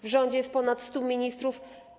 W rządzie jest ponad 100 ministrów.